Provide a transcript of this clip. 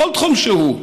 בכל תחום שהוא.